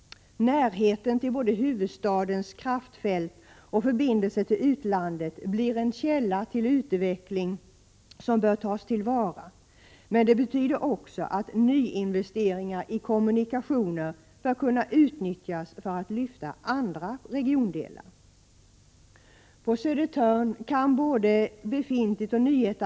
Närheten både till huvudstadens kraftfält och förbindelser till utlandet blir en källa till utveckling som bör tas till vara. Men det betyder också att nyinvesteringar i kommunikationer bör kunna utnyttjas för att låt mig säga lyfta andra regiondelar. På Södertörn kan både befintligt och nyetablerat — Prot.